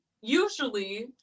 Usually